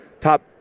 top